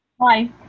Hi